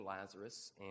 Lazarus